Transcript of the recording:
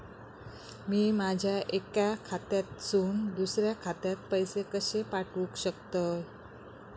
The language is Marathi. मी माझ्या एक्या खात्यासून दुसऱ्या खात्यात पैसे कशे पाठउक शकतय?